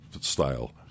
style